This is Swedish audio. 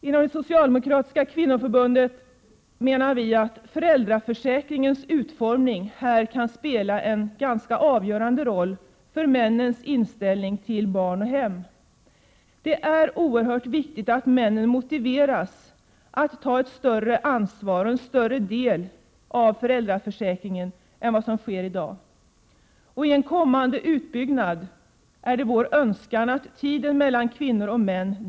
Inom det socialdemokratiska kvinnoförbundet menar vi att föräldraförsäkringens utformning kan spela en avgörande roll för männens inställning till barn och hem. Det är oerhört viktigt att männen motiveras att ta ett större ansvar och att ta ut en större del av föräldraförsäkringen än vad som sker i dag. I en kommande utbyggnad är det vår önskan att tiden delas mellan kvinnor och män.